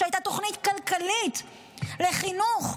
כשהייתה תוכנית כלכלית לחינוך,